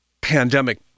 pandemic